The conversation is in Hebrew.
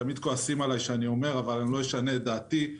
תמיד כועסים עליי כשאני אומר אבל אני לא אשנה את דעתי.